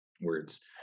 words